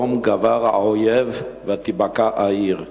יום גבר האויב ותיבקע העיר.